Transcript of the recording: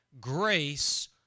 Grace